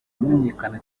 amenyekana